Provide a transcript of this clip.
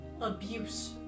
abuse